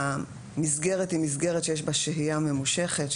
שהמסגרת היא מסגרת שיש בה שהייה ממושכת,